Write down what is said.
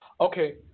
Okay